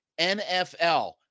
NFL